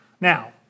Now